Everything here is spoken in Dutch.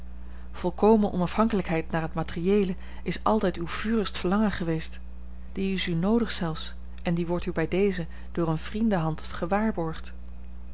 volkomen onafhankelijkheid naar het materieele is altijd uw vurigst verlangen geweest die is u noodig zelfs en die wordt u bij dezen door eene vriendenhand gewaarborgd